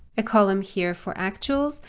a column here for actuals.